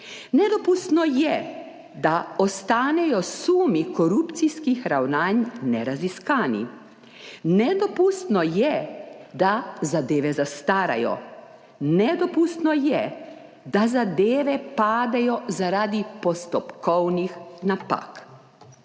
Nedopustno je, da ostanejo sumi korupcijskih ravnanj neraziskani. Nedopustno je, da zadeve zastarajo. Nedopustno je, da zadeve padejo, zaradi postopkovnih napak.